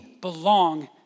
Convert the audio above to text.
belong